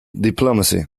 diplomacy